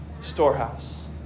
storehouse